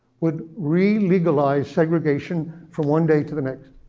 would re-legalize segregation from one day to the next.